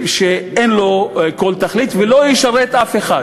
ואין לו כל תכלית והוא לא ישרת אף אחד,